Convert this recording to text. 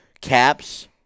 Caps